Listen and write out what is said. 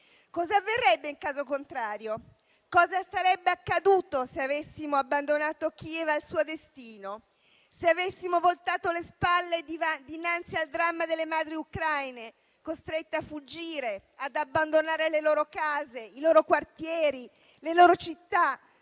Cosa avverrebbe in caso contrario? Cosa sarebbe accaduto se avessimo abbandonato Kiev al suo destino; se avessimo voltato le spalle dinanzi al dramma delle madri ucraine, costrette a fuggire, ad abbandonare le loro case, i loro quartieri, le loro città,